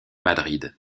madrid